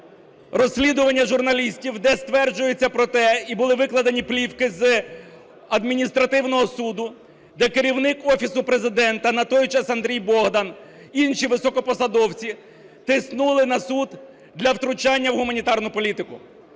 розслідування журналістів, де стверджується про те, і були викладені плівки з адміністративного суду, де керівник Офісу Президента, на той час Андрій Богдан, інші високопосадовці тиснули на суд для втручання в гуманітарну політику.